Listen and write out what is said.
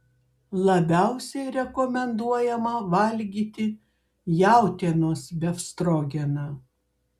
labiausiai rekomenduojama valgyti jautienos befstrogeną